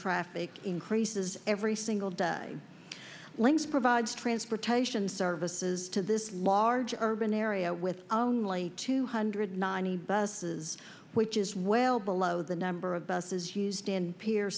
traffic increases every single day links provides transportation services to this large urban area with only two hundred ninety buses which is well below the number of buses used in peer